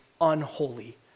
unholy